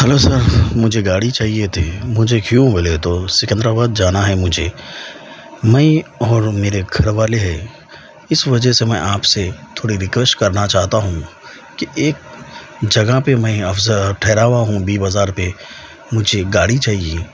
hello sir مجھے گاڑی چاہیے تھی مجھے کیوں بولے تو سکندر آباد جانا ہے مجھے میں اور میرے گھر والے اس وجہ سے میں آپ سے تھوڑی ریکویسٹ کرنا چاہتا ہوں کہ ایک جگہ پہ میں اب ذرا ٹھہرا ہوا ہوں ابھی بازار پہ مجھے گاڑی چاہیے